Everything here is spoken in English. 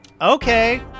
Okay